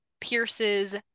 Pierce's